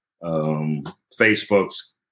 Facebook's